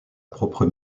propre